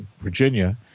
Virginia